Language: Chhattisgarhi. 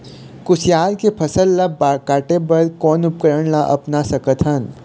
कुसियार के फसल ला काटे बर कोन उपकरण ला अपना सकथन?